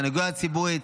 הסנגוריה ציבורית,